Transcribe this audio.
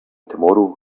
tomorrow